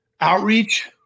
outreach